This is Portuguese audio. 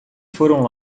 foram